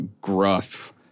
gruff